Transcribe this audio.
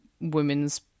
women's